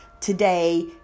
today